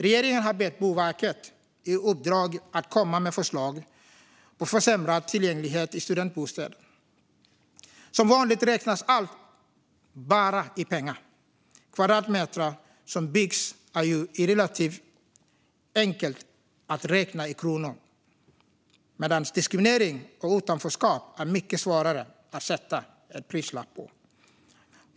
Regeringen har gett Boverket i uppdrag att komma med förslag på försämrad tillgänglighet i studentbostäder. Som vanligt räknas allt bara i pengar. Kvadratmeter som byggs är relativt enkla att räkna i kronor, medan det är mycket svårare att sätta en prislapp på diskriminering och utanförskap.